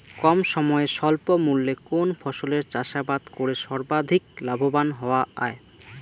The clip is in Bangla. কম সময়ে স্বল্প মূল্যে কোন ফসলের চাষাবাদ করে সর্বাধিক লাভবান হওয়া য়ায়?